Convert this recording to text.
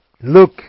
look